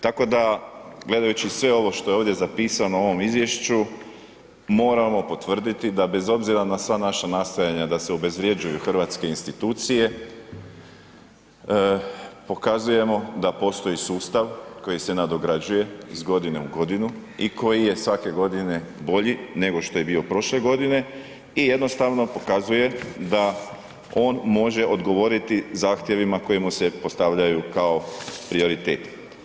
Tako da gledajući sve ovo što je ovdje zapisano u ovom izvješću moramo potvrditi da bez obzira na sva naša nastojanja da se obezvrjeđuju hrvatske institucije pokazujemo da postoji sustav koji se nadograđuje iz godinu u godinu i koji je svake godine bolji nego što je bio prošle godine i jednostavno pokazuje da on može odgovoriti zahtjevima koji mu se postavljaju kao prioritet.